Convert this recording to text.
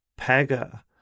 Pega